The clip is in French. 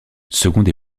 seconde